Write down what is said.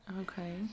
Okay